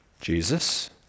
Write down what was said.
Jesus